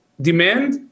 demand